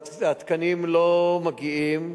והתקנים לא מגיעים,